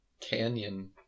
canyon